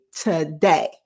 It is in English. today